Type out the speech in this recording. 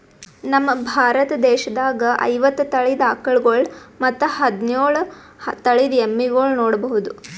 ನಮ್ ಭಾರತ ದೇಶದಾಗ್ ಐವತ್ತ್ ತಳಿದ್ ಆಕಳ್ಗೊಳ್ ಮತ್ತ್ ಹದಿನೋಳ್ ತಳಿದ್ ಎಮ್ಮಿಗೊಳ್ ನೋಡಬಹುದ್